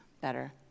better